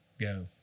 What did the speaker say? go